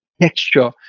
texture